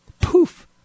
poof